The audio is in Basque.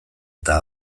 eta